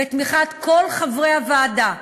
בתמיכת כל חברי הוועדה,